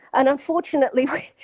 and unfortunately,